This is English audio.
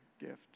gift